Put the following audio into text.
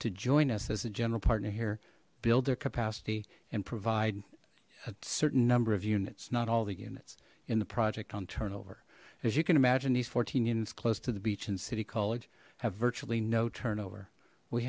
to join us as a general partner here build their capacity and provide a certain number of units not all the units in the project on turnover as you can imagine these fourteen units close to the beach in city college have virtually no turnover we